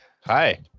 Hi